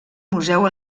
museu